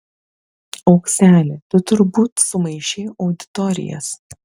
aukseli tu turbūt sumaišei auditorijas